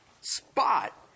spot